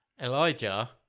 Elijah